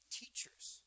teachers